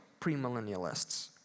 premillennialists